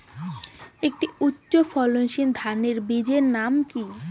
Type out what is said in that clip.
একটি উচ্চ ফলনশীল ধানের বীজের নাম কী?